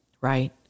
Right